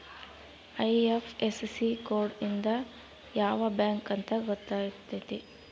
IFSC code ಇಂದ ಯಾವ bank ಅಂತ ಗೊತ್ತಾತತೆ